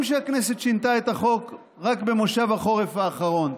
שהכנסת שינתה את החוק רק במושב החורף האחרון.